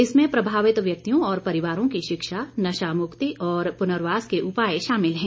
इसमें प्रभावित व्यक्तियों और परिवारों की शिक्षा नशामुक्ति और पुनर्वास के उपाय शामिल हैं